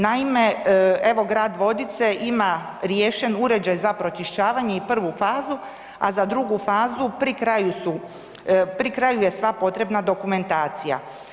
Naime, evo grad Vodice ima riješen uređaj za pročišćavanje i prvu fazu a za drugu fazu pri kraju je sva potrebna dokumentacija.